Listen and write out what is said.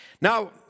Now